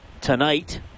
tonight